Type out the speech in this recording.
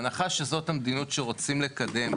אף אחד לא התייחס למה אדם מוציא רק אחרי שנתיים שהייה בישראל דרכון.